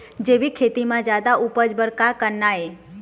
जैविक खेती म जादा उपज बर का करना ये?